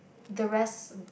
the rest